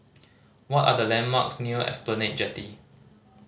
what are the landmarks near Esplanade Jetty